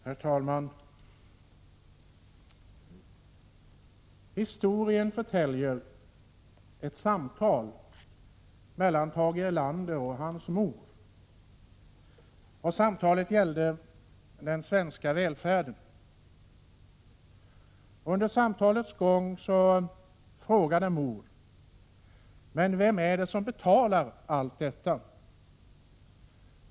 Herr talman! Historien förtäljer ett samtal mellan Tage Erlander och hans mor. Samtalet gällde den svenska välfärden. Under samtalets gång frågade modern: Men vem är det som betalar allt detta?